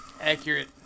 accurate